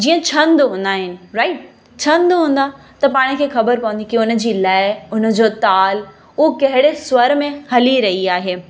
जीअं छद हूंदा आहिनि राइट छंद हूंदा त पाण खे ख़बरु पवंदी की उन जी लए उन जो ताल उहो कहिड़े स्वर में हली रही आहे